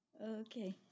okay